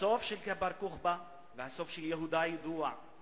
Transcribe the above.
הסוף של בר-כוכבא והסוף של יהודה ידועים,